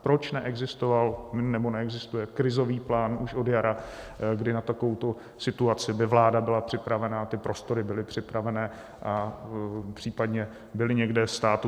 Proč neexistoval nebo neexistuje krizový plán už od jara, kdy na takovou tu situaci by vláda byla připravena a ty prostory byly připravené, případně byly někde státu?